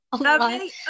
Okay